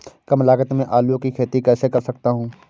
कम लागत में आलू की खेती कैसे कर सकता हूँ?